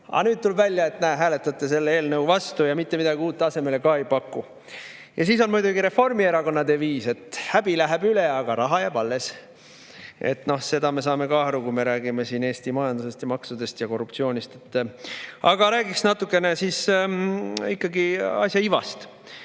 aga nüüd tuleb välja, et nad hääletavad selle eelnõu vastu ja mitte midagi uut asemele ka ei paku. Ja siis on muidugi Reformierakonna deviis: häbi läheb üle, aga raha jääb alles. Sellest me saame ka aru, kui me räägime Eesti majandusest ja maksudest ja korruptsioonist. Aga räägiks natukene ikkagi asja ivast.